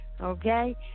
Okay